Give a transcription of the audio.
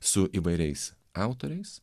su įvairiais autoriais